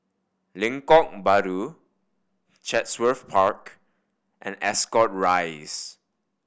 Lengkok Bahru Chatsworth Park and Ascot Rise